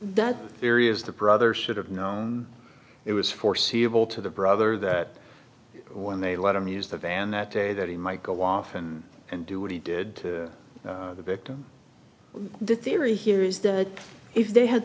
that serious the brother should have known it was foreseeable to the brother that when they let him use the van that day that he might go off and and do what he did to the victim the theory here is that if they had